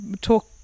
talk